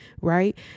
Right